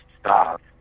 stop